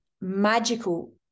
magical